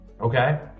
okay